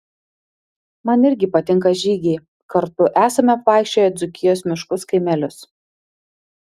man irgi patinka žygiai kartu esame apvaikščioję dzūkijos miškus kaimelius